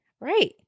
Right